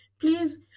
please